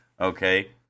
Okay